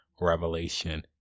revelation